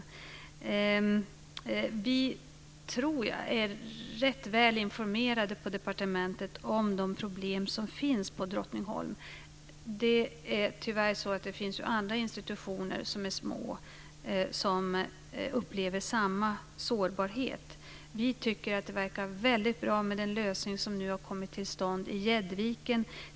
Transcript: Vi är, tror jag, rätt väl informerade på departementet om de problem som finns på Drottningholm. Det är tyvärr så att det ju finns andra institutioner som är små som upplever samma sårbarhet. Vi tycker att det värkar väldigt bra med den lösning som nu har kommit till stånd i Gäddviken.